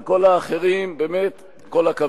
רן קדוש וכל האחרים, באמת כל הכבוד.